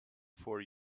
for